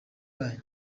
yayo